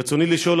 רצוני לשאול,